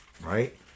right